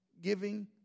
giving